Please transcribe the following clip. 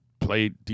played